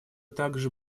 также